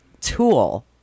Tool